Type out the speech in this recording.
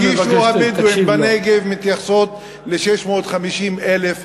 כל התביעות שהגישו הבדואים בנגב מתייחסות ל-650,000 דונם,